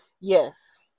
yes